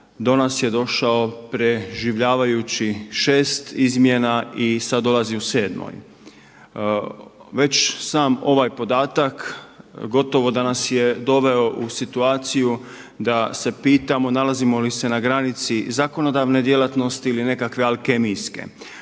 do nas je došao preživljavajući 6 izmjena i sada dolazi u 7.-om. Već sam ovaj podatak gotovo da nas je doveo u situaciju da se pitamo nalazimo li se na granici zakonodavne djelatnosti ili nekakve alkemijske.